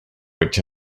which